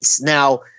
Now